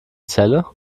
celle